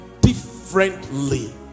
differently